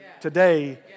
today